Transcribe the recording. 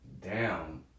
down